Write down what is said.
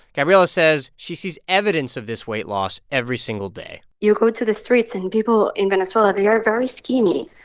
gabriela says she sees evidence of this weight loss every single day you go to the streets, and people in venezuela they are very skinny.